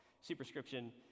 superscription